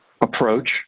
approach